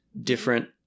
different